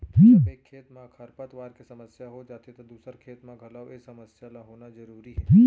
जब एक खेत म खरपतवार के समस्या हो जाथे त दूसर खेत म घलौ ए समस्या ल होना जरूरी हे